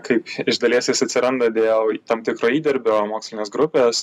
kaip iš dalies jis atsiranda dėl tam tikro įdirbio mokslinės grupės